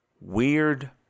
Weird